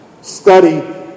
Study